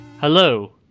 Hello